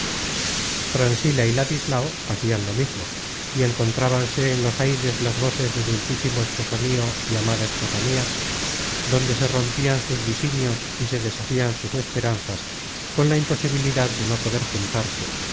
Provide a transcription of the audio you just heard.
y ladislao hacian lo mismo y encontrabanse en los aires las voces de dulcísimo esposo mio y amada esposa mia donde se rompian sus disinios y se deshacian sus esperanzas con la imposibilidad de no poder juntarse